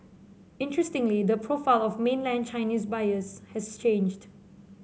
interestingly the profile of mainland Chinese buyers has changed